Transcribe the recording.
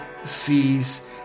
Sees